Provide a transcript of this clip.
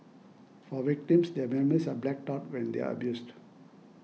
for victims their memories are blacked out when they are abused